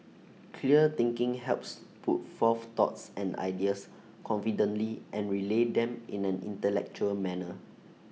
clear thinking helps put forth thoughts and ideas confidently and relay them in an intellectual manner